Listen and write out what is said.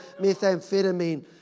methamphetamine